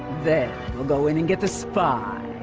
then i'll go in and get the spy